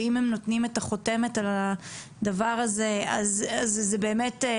שאם הם נותנים את החותמות על הדבר הזה אז זה באמת.